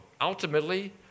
Ultimately